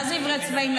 מה זה עיוורי צבעים?